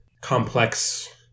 complex